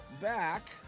back